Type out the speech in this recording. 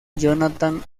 jonathan